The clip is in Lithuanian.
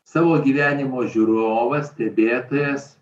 savo gyvenimo žiūrovas stebėtojas